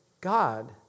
God